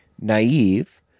naive